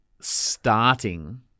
starting